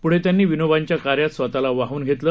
पुढं त्यांनी विनोबांच्या कार्यात स्वतला वाहून घेतलं